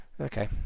Okay